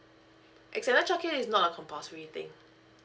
extended childcare is not a compulsory thing